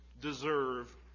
deserve